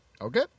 Okay